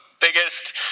biggest